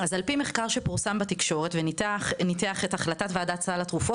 על פי המחקר שפורסם בתקשורת וניתח את וועדת סל התרופות